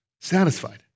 Satisfied